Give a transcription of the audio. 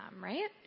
right